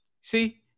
See